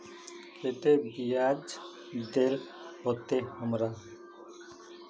केते बियाज देल होते हमरा?